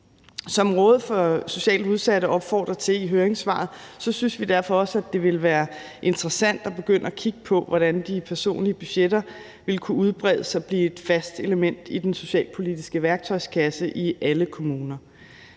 Som Rådet for Socialt Udsatte opfordrer til i høringssvaret, synes vi derfor også, det ville være interessant at begynde at kigge på, hvordan de personlige budgetter vil kunne udbredes og blive et fast element i den socialpolitiske værktøjskasse i alle kommuner.